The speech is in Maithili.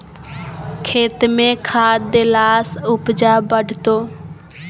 खेतमे खाद देलासँ उपजा बढ़तौ